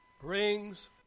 brings